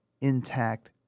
intact